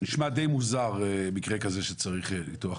נשמע די מוזר מקרה כזה שצריך ניתוח,